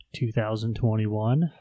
2021